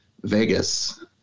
Vegas